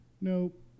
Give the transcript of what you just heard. Nope